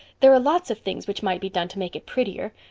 there are lots of things which might be done to make it prettier.